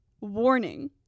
warning